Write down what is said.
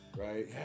right